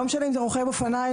לא משנה אם זה רוכב אופניים,